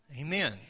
Amen